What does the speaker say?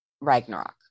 Ragnarok